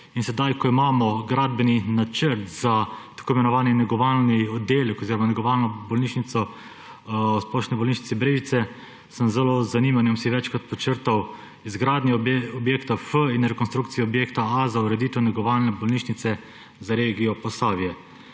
in sedaj imamo gradbeni načrt za tako imenovani negovalni oddelek oziroma negovalno bolnišnico v Splošni bolnišnici Brežice – sem si z zanimanjem večkrat podčrtal izgradnjo objekta F in rekonstrukcijo objekta A za ureditev negovalne bolnišnice za regijo Posavje.